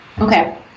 Okay